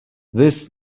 this